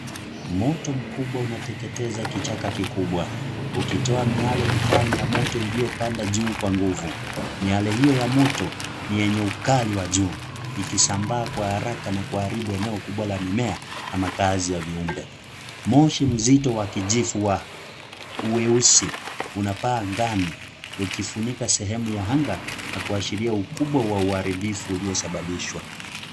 Moto mkubwa unateketeza kichaka kikubwa ukitoa miaele mikali ya moto iliyo panda juu kwa nguvu miale hiyo ya moto ni yenye ukali wa juu ikisambaa kwa haraka na kuharibu eneo kubwa la mimea na makazi ya viumbe moshi mkubwa wa kijivu wa ueusi unapata angani ukifunika sehemu ya anga na kuashiria ukubwa wa uharibifu uliosababishwa.